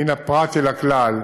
מן הפרט אל הכלל,